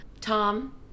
Tom